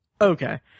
Okay